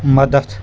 مدد